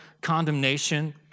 condemnation